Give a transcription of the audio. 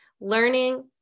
Learning